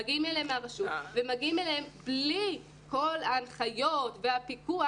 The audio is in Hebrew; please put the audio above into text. מגיעים אליהם מהרשות ומגיעים אליהם בלי כל ההנחיות והפיקוח.